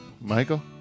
Michael